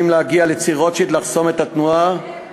להגיע לציר רוטשילד ולחסום את התנועה,